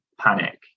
panic